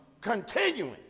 continuing